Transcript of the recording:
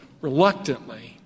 reluctantly